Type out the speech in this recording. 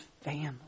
family